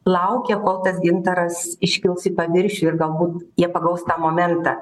laukia kol tas gintaras iškils į paviršių ir galbūt jie pagaus tą momentą